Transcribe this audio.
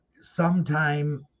sometime